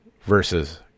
versus